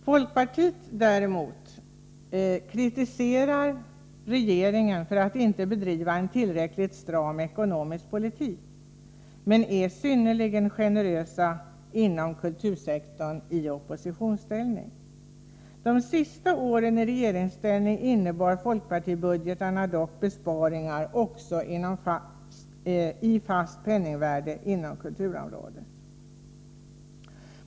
Folkpartiet däremot kritiserar regeringen för att inte bedriva en tillräckligt stram ekonomisk politik men är synnerligen generöst inom kultursektorn i oppositionsställning. De sista åren i regeringsställning innebar folkpartibudgetarna dock besparingar också i fast penningvärde inom kulturområdet.